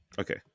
Okay